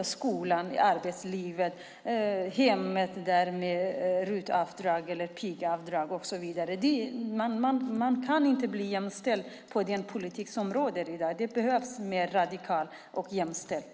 i skolan, i arbetslivet och i hemmen - jag tänker på detta med RUT-avdrag, pigavdrag, och så vidare - har vi sett att man inte kan bli jämställd med den politik som i dag råder. Det behövs mer av det radikala och jämställda.